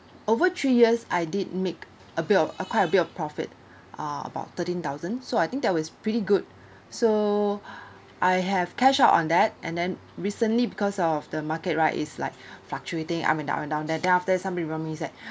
over three years I did make a bit of a quite a bit of profit uh about thirteen thousand so I think that was pretty good so I have cash out on that and then recently because of the market right is like fluctuating up and down and down there then after me that